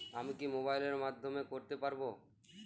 আমি কি মোবাইলের মাধ্যমে করতে পারব?